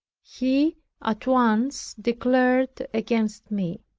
he at once declared against me.